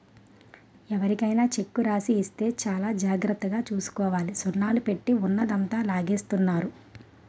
ఎవరికైనా చెక్కు రాసి ఇస్తే చాలా జాగ్రత్తగా చూసుకోవాలి సున్నాలు పెట్టి ఉన్నదంతా లాగేస్తున్నారు